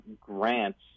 Grants